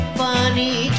funny